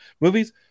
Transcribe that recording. movies